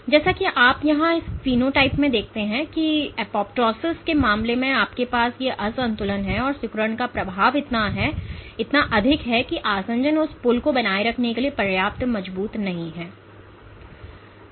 जैसा कि आप यहां इस फेनोटाइप में देखते हैं कि एपोप्टोसिस के मामले में आपके पास ये असंतुलन है कि सिकुड़न का प्रभाव इतना अधिक है कि आसंजन उस पुल को बनाए रखने के लिए पर्याप्त मजबूत नहीं हैं